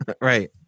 right